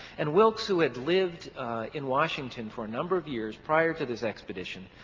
and wilkes who had lived in washington for a number of years prior to this expedition,